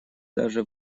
даже